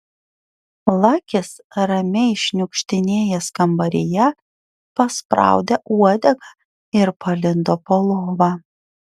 lakis ramiai šniukštinėjęs kambaryje paspraudė uodegą ir palindo po lova